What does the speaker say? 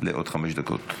תודה רבה למציעות.